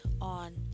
on